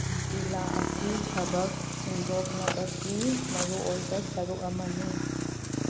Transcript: ꯖꯤꯂꯥ ꯑꯁꯤ ꯊꯕꯛ ꯁꯤꯟꯗꯣꯛꯅꯕꯒꯤ ꯃꯔꯨꯑꯣꯏꯕ ꯁꯔꯨꯛ ꯑꯃꯅꯤ